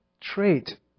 trait